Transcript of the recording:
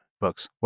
books